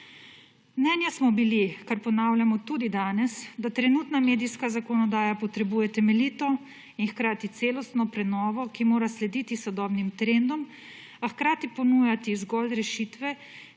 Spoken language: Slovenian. Mnenja so bili, kar ponavljamo tudi danes, da trenutna medijska zakonodaja potrebuje temeljito in hkrati celostno prenovo, ki mora slediti sodobnim trendom, a hkrati ponujati zgolj rešitve,